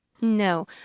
No